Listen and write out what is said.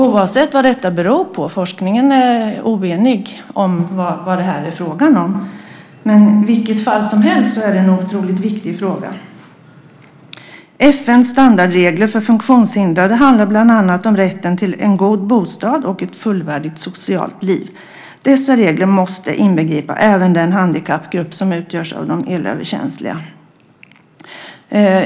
Oavsett vad detta beror på - forskarna är oeniga om vad det här är fråga om - är det en otroligt viktig fråga. FN:s standardregler för funktionshindrade handlar bland annat om rätten till en god bostad och ett fullvärdigt socialt liv. Dessa regler måste inbegripa även den handikappgrupp som utgörs av de elöverkänsliga.